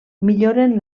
milloren